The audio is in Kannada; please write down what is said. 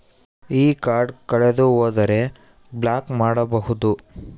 ಈ ಕಾರ್ಡ್ ಕಳೆದು ಹೋದರೆ ಬ್ಲಾಕ್ ಮಾಡಬಹುದು?